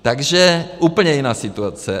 Takže úplně jiná situace.